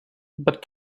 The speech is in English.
but